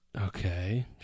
Okay